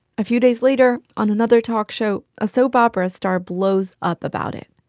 a few days later, on another talk show, a soap opera star blows up about it.